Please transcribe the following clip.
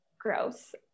gross